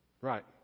Right